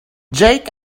jack